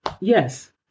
Yes